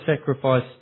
sacrifice